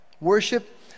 Worship